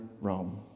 Rome